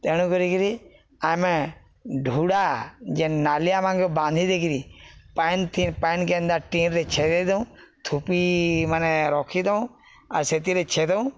ତେଣୁ କରିକିରି ଆମେ ଢୁଡ଼ା ଯେନ୍ ନାଲିଆ ମାଙ୍କୁ ବାନ୍ଧି ଦେଇକିରି ପାନ୍ ପାଣିନ୍ କେନ୍ତା ଟିନରେ ଛେଦେଇ ଦଉ ଥୁପି ମାନେ ରଖିଦଉ ଆର୍ ସେଥିରେ ଛେ ଦଉଁ